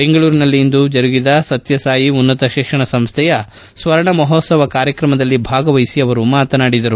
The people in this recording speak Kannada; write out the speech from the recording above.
ಬೆಂಗಳೂರಿನಲ್ಲಿ ಇಂದು ಜರುಗಿದ ಸತ್ಯಸಾಯಿ ಉನ್ನತ ಶಿಕ್ಷಣ ಸಂಸ್ಟೆಯ ಸ್ತರ್ಣ ಮಹೋತ್ಸವ ಕಾರ್ಯಕ್ರಮದಲ್ಲಿ ಭಾಗವಹಿಸಿ ಅವರು ಮಾತನಾಡಿದರು